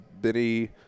Benny